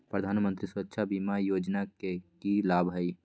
प्रधानमंत्री सुरक्षा बीमा योजना के की लाभ हई?